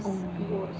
okay